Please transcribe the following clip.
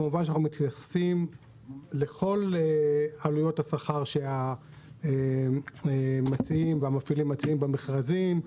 אנחנו כמובן מתייחסים לכל עלויות השכר שהמפעילים מציעים במכרזים,